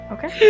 Okay